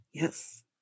Yes